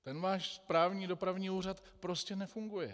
Ten váš správní dopravní úřad prostě nefunguje.